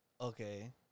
Okay